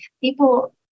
People